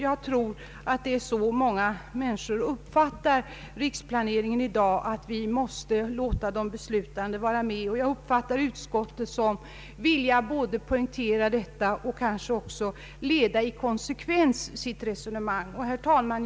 Jag tror att det är på så sätt många människor uppfattar riksplaneringen i dag. Vi måste låta de beslutande vara med. Som jag fattar utskottets utlåtande vill utskottet poängtera detta och kanske också leda i konsekvens sitt resonemang. Herr talman!